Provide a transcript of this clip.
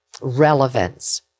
relevance